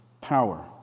power